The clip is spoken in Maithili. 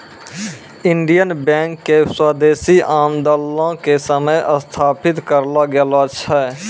इंडियन बैंक के स्वदेशी आन्दोलनो के समय स्थापित करलो गेलो छै